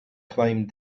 climbed